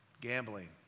gambling